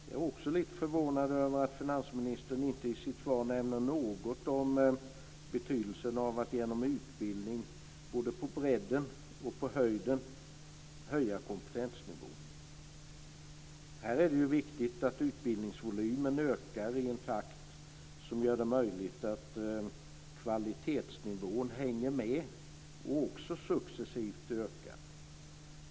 Jag är också lite förvånad över att finansministern inte i sitt svar nämner något om betydelsen av att genom utbildning både på bredden och på höjden höja kompetensnivån. Här är det viktigt att utbildningsvolymen ökar i en takt som gör det möjligt att få kvalitetsnivån att hänga med och även successivt öka.